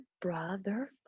brother